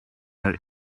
her